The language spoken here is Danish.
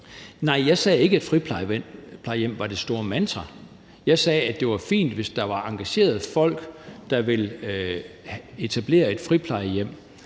Nej, jeg sagde ikke, at friplejehjem var det store mantra. Jeg sagde, at det var fint, hvis der var engagerede folk, der ville etablere et friplejehjem.